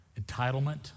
Entitlement